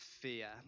fear